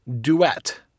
Duet